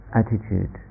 attitude